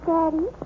Daddy